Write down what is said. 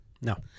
No